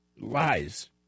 lies